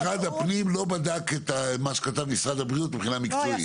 משרד הפנים לא בדק מה כתב משרד הבריאות מבחינה מקצועית.